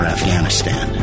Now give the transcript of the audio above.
Afghanistan